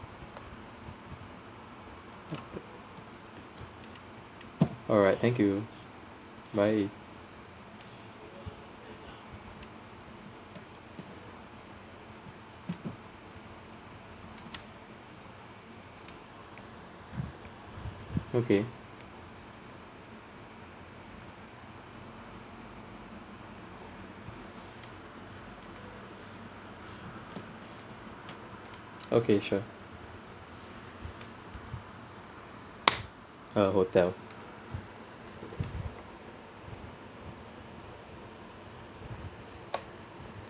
alright thank you bye okay okay sure uh hotel